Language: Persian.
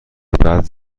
بعد